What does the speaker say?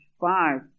Five